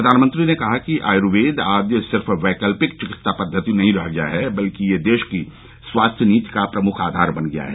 प्रधानमंत्री ने कहा कि आयुर्वेद आज सिर्फ वैकल्पिक चिकित्सा पद्धति नहीं रह गया है बल्कि यह देश की स्वास्थ्य नीति का प्रमुख आधार बन गया है